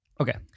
Okay